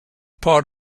part